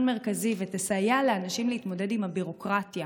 מרכזי ותסייע לאנשים להתמודד עם הביורוקרטיה,